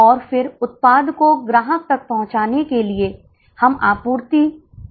अब आप अधिक छात्र ले रहे हैं इसलिए कुल लागत कम हो रही है